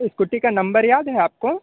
scooty का number याद है आपको